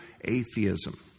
atheism